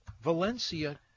Valencia